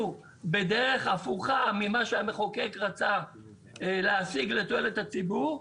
בדרך הפוכה ממה שהמחוקק רצה להשיג לתועלת הציבור,